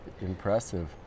impressive